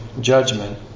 judgment